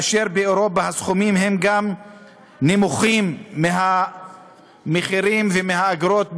וגם באירופה הסכומים נמוכים מהמחירים של האגרות בישראל,